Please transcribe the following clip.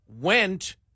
went